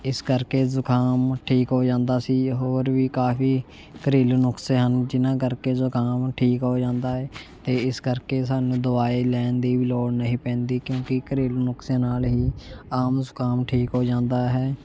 ਇਸ ਕਰਕੇ ਜ਼ੁਕਾਮ ਠੀਕ ਹੋ ਜਾਂਦਾ ਸੀ ਹੋਰ ਵੀ ਕਾਫ਼ੀ ਘਰੇਲੂ ਨੁਸਖੇ ਹਨ ਜਿਹਨਾਂ ਕਰਕੇ ਜ਼ੁਕਾਮ ਠੀਕ ਹੋ ਜਾਂਦਾ ਹੈ ਅਤੇ ਇਸ ਕਰਕੇ ਸਾਨੂੰ ਦਵਾਈ ਲੈਣ ਦੀ ਵੀ ਲੋੜ ਨਹੀਂ ਪੈਂਦੀ ਕਿਉਂਕਿ ਘਰੇਲੂ ਨੁਸਖਿਆਂ ਨਾਲ ਹੀ ਆਮ ਜ਼ੁਕਾਮ ਠੀਕ ਹੋ ਜਾਂਦਾ ਹੈ